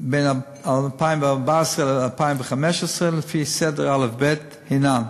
בין 2014 ל-2015, לפי סדר האל"ף-בי"ת, הן: